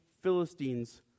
Philistines